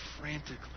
frantically